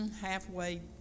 halfway